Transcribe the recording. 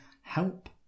help